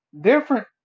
different